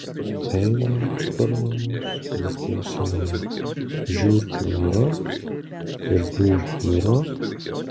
eina per namus ir klausinėja žiurkių yra pelių yra